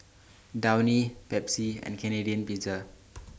Downy Pepsi and Canadian Pizza